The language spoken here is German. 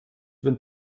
wenn